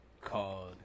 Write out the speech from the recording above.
called